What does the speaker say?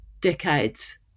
decades